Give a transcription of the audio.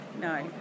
no